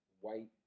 white